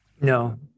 No